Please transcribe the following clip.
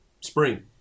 Spring